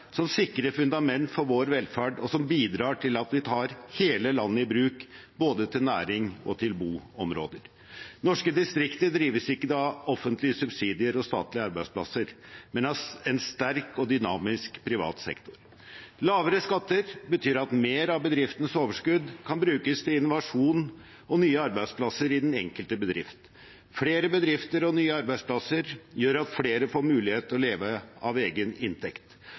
som sikrer fundamentet for vår velferd, og som bidrar til at vi tar hele landet i bruk, både til næring og til boområder. Norske distrikter drives ikke av offentlige subsidier og statlige arbeidsplasser, men av en sterk og dynamisk privat sektor. Lavere skatter betyr at mer av bedriftens overskudd kan brukes til innovasjon og nye arbeidsplasser i den enkelte bedrift. Flere bedrifter og nye arbeidsplasser gjør at flere får mulighet til å leve av egen inntekt,